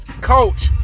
coach